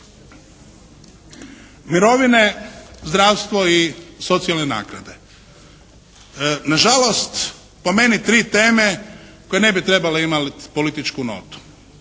Mirovine, zdravstvo i socijalne naknade. Na žalost po meni tri teme koje ne bi trebale imati političku notu